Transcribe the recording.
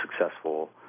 successful